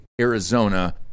Arizona